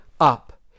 up